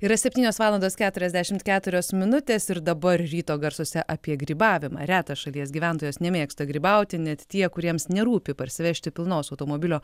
yra septynios valandos keturiasdešimt keturios minutės ir dabar ryto garsuose apie grybavimą retas šalies gyventojas nemėgsta grybauti net tie kuriems nerūpi parsivežti pilnos automobilio